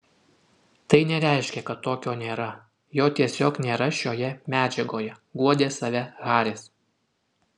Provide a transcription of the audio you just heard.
tai nereiškia kad tokio nėra jo tiesiog nėra šioje medžiagoje guodė save haris